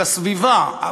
הסביבה,